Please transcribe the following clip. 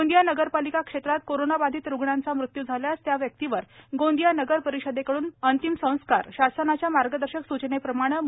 गोंदिया नगरपालिका क्षेत्रात कोरोना बाधितरुग्णाचा मृत्यू झाला तर त्या व्यक्तीवर गोंदिया नगर परिषदेकडून अंतिम संस्कार शासनाच्या मार्गदर्शक सूचनेप्रमाणे करण्यात येत आहे